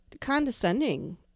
condescending